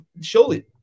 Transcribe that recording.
Surely